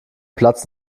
platz